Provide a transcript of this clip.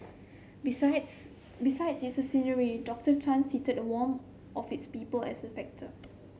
besides besides its scenery Doctor Tan cited the warmth of its people as a factor